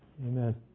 Amen